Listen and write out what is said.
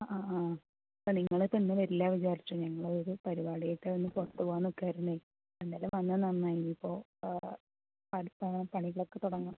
ആ ആ ഇപ്പോൾ നിങ്ങളൊക്കെ ഇന്ന് വരില്ല എന്ന് വിചാരിച്ചു ഞങ്ങൾ ഒരു പരിപാടിയായിട്ട് ഒന്ന് പുറത്തുപോകാൻ നിൽക്കുവായിരുന്നേ എന്തായാലും വന്നത് നന്നായി ഇനിയിപ്പോൾ പണികളൊക്കെ തുടങ്ങാം